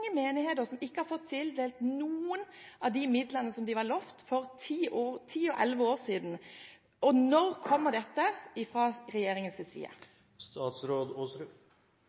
menigheter som ikke har fått tildelt noen av de midlene som de ble lovt for ti og elleve år siden. Når kommer dette fra regjeringen?